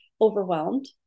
overwhelmed